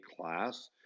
class